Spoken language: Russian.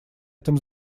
этом